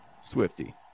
Swifty